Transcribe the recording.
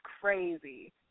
crazy